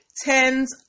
tens